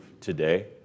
today